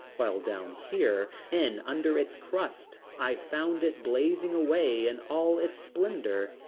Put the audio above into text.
while down here, in under its crust i found it blazing away in all its splendor.